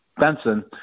Benson